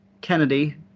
Kennedy